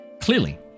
Clearly